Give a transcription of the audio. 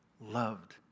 loved